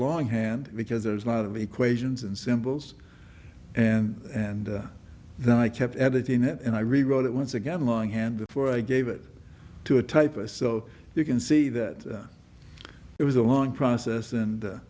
longhand because there's a lot of equations and symbols and and then i kept editing it and i rewrote it once again longhand for i gave it to a type a so you can see that it was a long process and